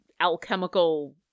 alchemical